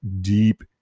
deep